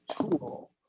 tool